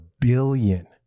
billion